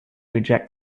reject